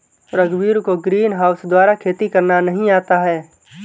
रघुवीर को ग्रीनहाउस द्वारा खेती करना नहीं आता है